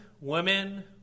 women